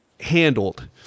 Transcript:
handled